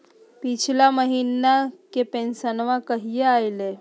पिछला महीना के पेंसनमा कहिया आइले?